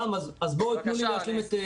רם, תנו לי להשלים.